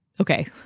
okay